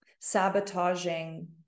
sabotaging